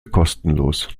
kostenlos